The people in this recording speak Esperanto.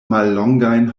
mallongajn